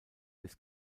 des